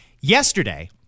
Yesterday